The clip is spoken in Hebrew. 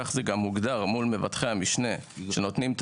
כך זה גם מוגדר מול מבטחי המשנה שנותנים את